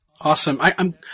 Awesome